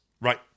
Right